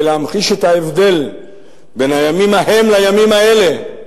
להמחיש את ההבדל בין הימים ההם לימים האלה,